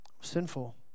sinful